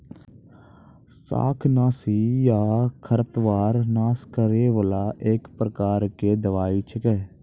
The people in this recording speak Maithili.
शाकनाशी या खरपतवार नाश करै वाला एक प्रकार के दवाई छेकै